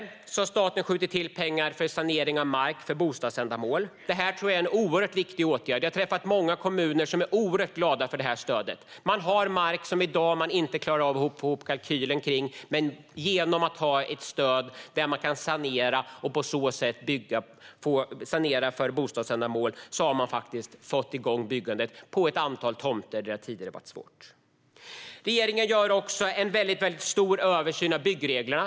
Staten har även skjutit till pengar för sanering av mark för bostadsändamål. Detta tror jag är en oerhört viktig åtgärd. Jag har träffat många kommuner som är mycket glada för det här stödet. De har mark som de i dag inte klarar av att få ihop kalkylen för. Genom ett stöd som gör att de kan sanera för bostadsändamål har de dock fått igång byggandet på ett antal tomter där det tidigare har varit svårt. Regeringen gör en stor översyn av byggreglerna.